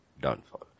Downfall